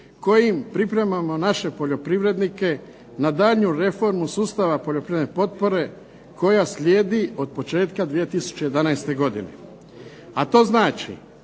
kojim pripremamo naše poljoprivrednike na daljnju reformu sustava poljoprivredne potpore koja slijedi od početka 2011. godine. A to znači,